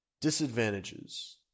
Disadvantages